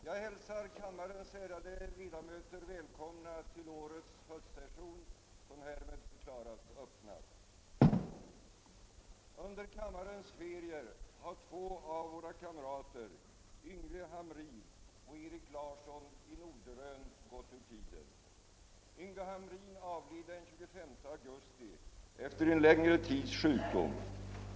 Under kammarens ferier har två av våra kamrater, Yngve Hamrin och Erik Larsson i Norderön, gått ur tiden. Yngve Hamrin avled den 25 augusti efter en längre tids sjukdom.